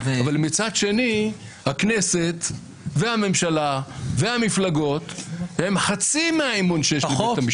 מצד שני הכנסת והממשלה והמפלגות הן חצי מהאמון שיש לבית המשפט.